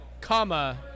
comma